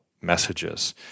messages